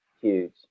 huge